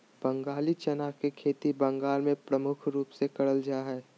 बंगाली चना के खेती बंगाल मे प्रमुख रूप से करल जा हय